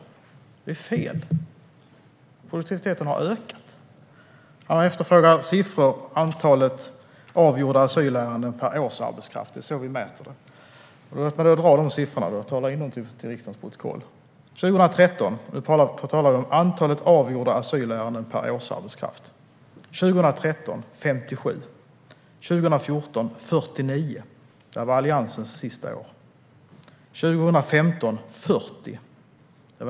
Detta är fel. Produktiviteten har ökat. Han efterfrågar siffror om antalet avgjorda asylärenden per årsarbetare, vilket är vårt sätt att mäta effektiviteten. Låt mig då dra dessa siffror, så att vi kan få med dem i riksdagens protokoll. Nu talar vi om antalet avgjorda asylärenden per årsarbetare. År 2013 var det 57. År 2014, som var Alliansens sista år, var det 49.